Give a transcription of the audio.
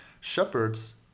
shepherds